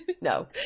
no